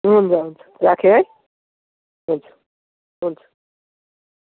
हुन्छ हुन्छ राखेँ है हुन्छ हुन्छ